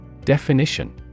Definition